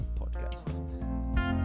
Podcast